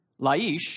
Laish